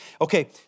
Okay